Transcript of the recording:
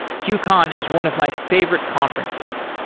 qcon is one of my favorite conferences,